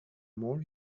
more